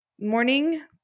morning